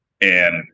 and-